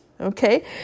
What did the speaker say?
Okay